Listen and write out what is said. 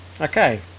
Okay